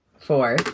Four